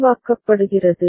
உருவாக்கப்படுகிறது